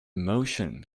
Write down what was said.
motion